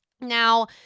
Now